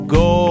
go